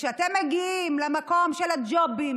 וכשאתם מגיעים למקום של הג'ובים